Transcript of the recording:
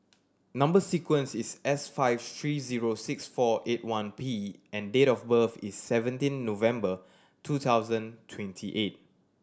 number sequence is S five three zero six four eight one P and date of birth is seventeen November two thousand twenty eight